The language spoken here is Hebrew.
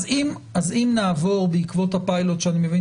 אז אם נעבור בעקבות הפיילוט שאני מבין